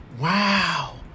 Wow